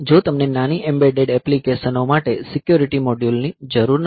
જો તમને નાની એમ્બેડેડ એપ્લિકેશનો માટે સિક્યોરિટી મોડ્યુલોની જરૂર નથી